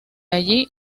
allí